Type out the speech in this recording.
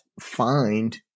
find